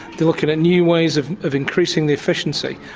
they are looking at new ways of of increasing the efficiency.